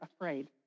afraid